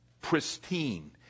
pristine